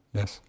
yes